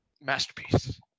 Masterpiece